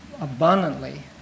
abundantly